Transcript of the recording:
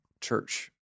church